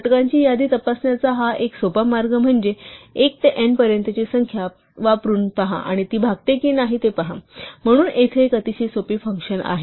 घटकांची यादी तपासण्याचा एक सोपा मार्ग म्हणजे 1 ते n पर्यंतची प्रत्येक संख्या वापरून पहा आणि ती भागते की नाही ते पहा म्हणून येथे एक अतिशय सोपी फंक्शन आहे